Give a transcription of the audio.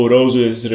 Roses